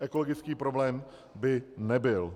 Ekologický problém by nebyl.